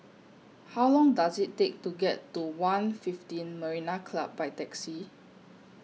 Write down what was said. How Long Does IT Take to get to one fifteen Marina Club By Taxi